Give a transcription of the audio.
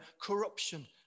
corruption